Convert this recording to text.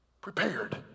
Prepared